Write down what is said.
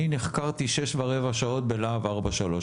אני נחקרתי שש ורבע שעות בלהב 433,